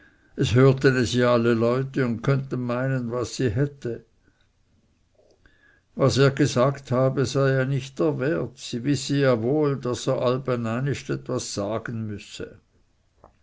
es hörten es ja alle leute und könnten meinen was sie hätte was er gesagt habe sei ja nicht der wert sie wisse ja wohl daß er allbe einist etwas sagen müsse